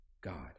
God